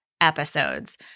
Episodes